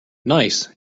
nice